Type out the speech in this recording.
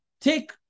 take